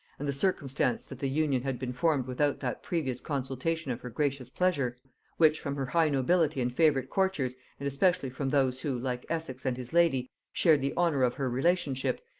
and the circumstance that the union had been formed without that previous consultation of her gracious pleasure which from her high nobility and favorite courtiers, and especially from those who, like essex and his lady, shared the honor of her relationship,